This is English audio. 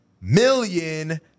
million